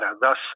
Thus